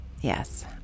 Yes